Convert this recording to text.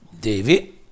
David